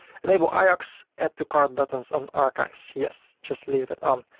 enable ajax add to cart buttons on archives yes. just leave that um